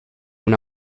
una